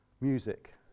music